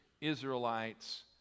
Israelites